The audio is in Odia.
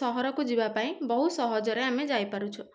ସହରକୁ ଯିବା ପାଇଁ ବହୁତ ସହଜରେ ଆମେ ଯାଇପାରୁଛୁ